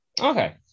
Okay